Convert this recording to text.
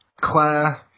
Claire